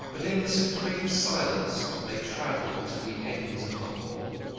but in the supreme silence they travelled to the ends of the hall.